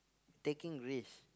taking risks